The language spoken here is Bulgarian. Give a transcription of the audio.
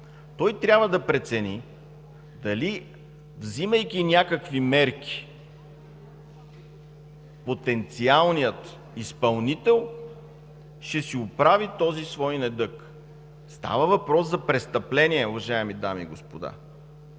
той трябва да прецени дали взимайки някакви мерки, потенциалният изпълнител ще си оправи този свой недъг. Става въпрос за престъпление, уважаеми дами и господа.